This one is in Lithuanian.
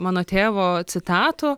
mano tėvo citatų